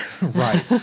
Right